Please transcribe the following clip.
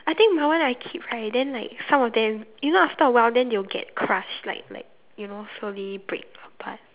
I think the one I keep right then like some of them you know after a while then they'll get crushed like like you know slowly break apart